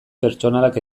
pertsonalak